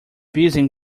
busy